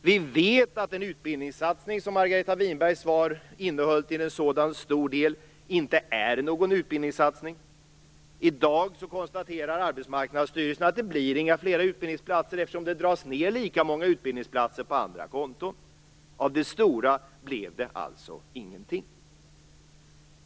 Vi vet att den utbildningssatsning som i Margareta Winberg i sitt svar till så stor del uppehöll sig vid inte är någon utbildningssatsning. I dag konstaterar Arbetsmarknadsstyrelsen att det inte blir några fler utbildningsplatser, eftersom det dras ned lika många utbildningsplatser på andra konton. Av det stora blev det alltså ingenting.